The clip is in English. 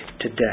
today